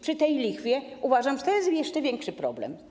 Przy tej lichwie uważam, że to jest jeszcze większy problem.